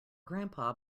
grandpa